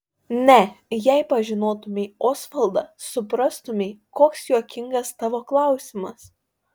ne jei pažinotumei osvaldą suprastumei koks juokingas tavo klausimas